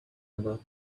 about